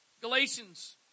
Galatians